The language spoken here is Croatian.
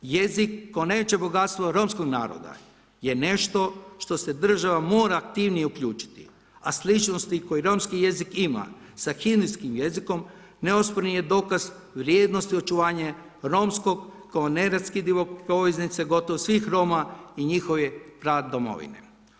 Jezik, tko neće bogatstvo romskog naroda, je nešto što se država mora aktivnije uključiti, a sličnosti koje romski jezik ima sa hinduskim jezikom, neosporni je dokaz vrijednosti očuvanja romskog kao ... poveznice gotovo svih Roma i njihove pradomovine.